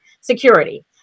security